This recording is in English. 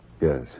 Yes